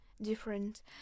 different